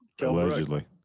Allegedly